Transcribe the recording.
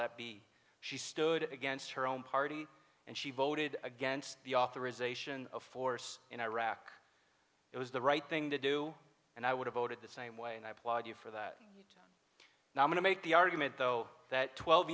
that be she stood against her own party and she voted against the authorization of force in iraq it was the right thing to do and i would have voted the same way and i applaud you for that now i'm going to make the argument though that twelve